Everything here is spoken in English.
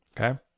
Okay